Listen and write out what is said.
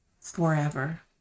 forever